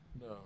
No